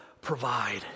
provide